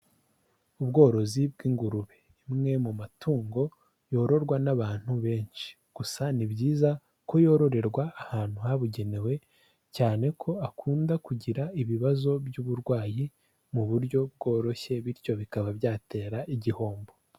Ubworozi bw'ingurube. Imwe mu matungo yororwa n'abantu benshi. Gusa ni byiza ko yororerwa ahantu habugenewe, cyane ko akunda kugira ibibazo by'uburwayi mu buryo bworoshye bityo bikaba byatera igihombo.